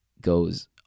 goes